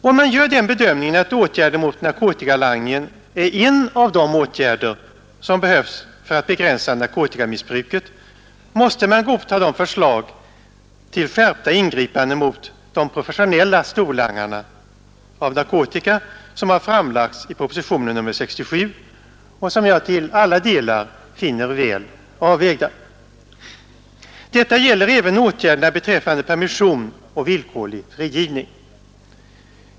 Om man gör bedömningen att åtgärder mot narkotikalangningen är en typ av åtgärder som behövs för att begränsa narkotikamissbruket, måste man godta de förslag till skärpta ingripanden mot de professionella storlangarna av narkotika som framlagts i proposition nr 67. Jag finner dessa förslag till alla delar väl avvägda. Detta gäller även åtgärderna beträffande permission och villkorlig frigivning.